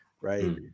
right